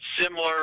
similar